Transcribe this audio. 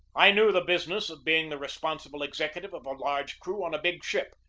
i knew the business of being the responsible executive of a large crew on a big ship,